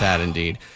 indeed